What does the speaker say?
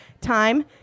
Time